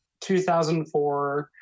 2004